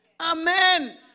Amen